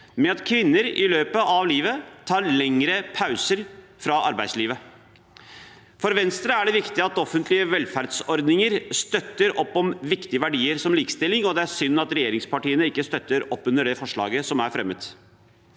med at kvinner i løpet av livet tar lengre pauser fra arbeidslivet. For Venstre er det viktig at offentlige velferdsordninger støtter opp om viktige verdier som likestilling, og det er synd at regjeringspartiene ikke støtter opp under det forslaget som er fremmet.